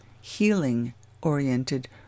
healing-oriented